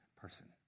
person